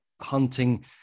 hunting